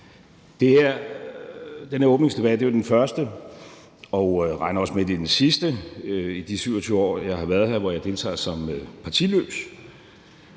Den her åbningsdebat er jo den første, og jeg regner også med, det er den sidste, i de 27 år, jeg har været her, hvor jeg deltager som partiløs,